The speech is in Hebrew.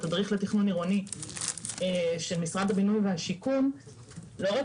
התדריך לתכנון עירוני של משרד הבינוי והשיכון לא רק